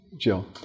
Jill